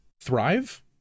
thrive